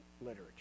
literature